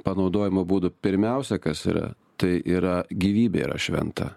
panaudojimo būdų pirmiausia kas yra tai yra gyvybė yra šventa